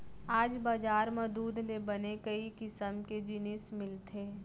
आज बजार म दूद ले बने कई किसम के जिनिस मिलथे